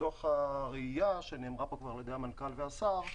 מתוך הראייה שכבר נאמרה על-ידי המנכ"ל והשר,